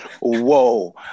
Whoa